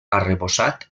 arrebossat